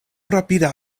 rapida